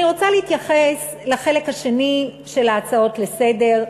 אני רוצה להתייחס לחלק השני של ההצעות לסדר-היום,